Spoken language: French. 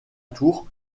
tour